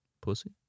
Pussy